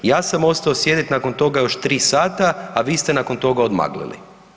Ja sam ostao sjediti nakon toga još 3 sata, a vi ste nakon toga odmaglili.